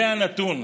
זה הנתון.